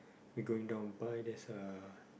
we going down by there's uh